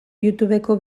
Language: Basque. youtubeko